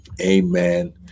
amen